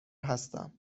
هستم